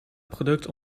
product